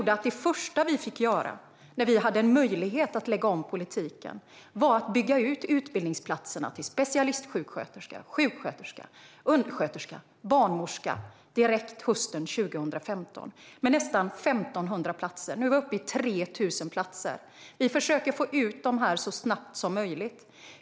Det första vi fick göra när vi hade möjlighet att lägga om politiken - direkt på hösten 2015 - var att bygga ut utbildningsplatserna till specialistsjuksköterska, sjuksköterska, undersköterska och barnmorska med nästan 1 500 platser. Nu är vi uppe i 3 000 platser. Vi försöker få ut de här så snabbt som möjligt.